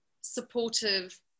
supportive